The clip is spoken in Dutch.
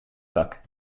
zak